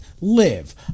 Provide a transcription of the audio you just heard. Live